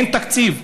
אין תקציב.